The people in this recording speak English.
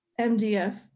MDF